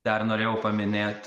dar norėjau paminėt